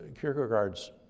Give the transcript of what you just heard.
Kierkegaard's